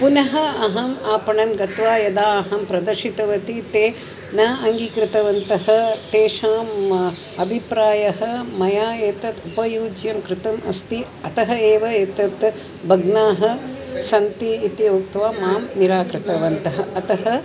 पुनः अहम् आपणं गत्वा यदा अहं प्रदर्शितवती ते न अङ्गीकृतवन्तः तेषाम् अभिप्रायः मया एतत् उपयुज्यं कृतम् अस्ति अतः एव एतत् भग्नाः सन्ति इति उक्त्वा मां निराकृतवन्तः अतः